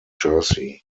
jersey